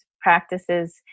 practices